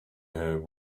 her